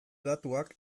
datuak